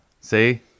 See